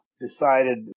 decided